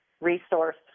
resource